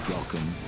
Welcome